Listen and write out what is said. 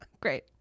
Great